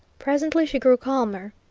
presently she grew calmer.